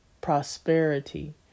prosperity